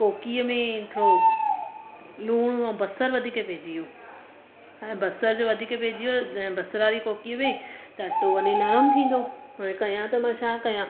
कोकीअ में थोड़ो लुणु अऊं बसरु वधीक पैजी वियो बसर जो वधीक पैजी वियो बसरु वारी कोकी में त अटो वरी नरम थींदो वरी कयां त मां छा कयां